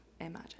imagine